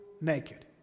naked